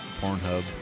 Pornhub